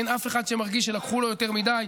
אין אף אחד שמרגיש שלקחו לו יותר מדי,